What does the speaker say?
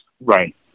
Right